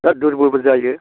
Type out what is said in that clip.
बिराथ दुरबलबो जायो